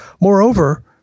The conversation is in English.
Moreover